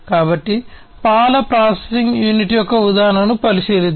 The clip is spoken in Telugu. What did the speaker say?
కాబట్టి పాల ప్రాసెసింగ్ యూనిట్ యొక్క ఉదాహరణను పరిశీలిద్దాం